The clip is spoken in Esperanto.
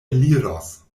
eliros